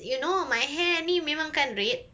you know my hair ni memang kan red